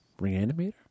Reanimator